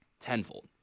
tenfold